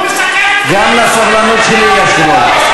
הוא משקר, גם לסבלנות שלי יש גבול.